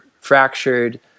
fractured